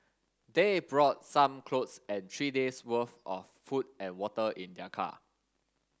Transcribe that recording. they brought some clothes and three days' worth of food and water in their car